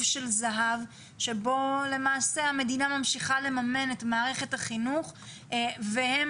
של זהב שבו למעשה המדינה ממשיכה לממן את מערכת החינוך והם